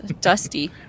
Dusty